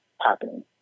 happening